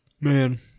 man